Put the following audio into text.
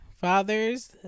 fathers